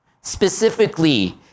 Specifically